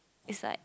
it's like